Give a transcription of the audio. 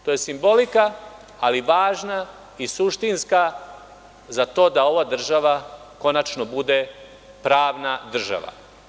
To je simbolika, ali važna i suštinska za to da ova država konačno bude pravna država.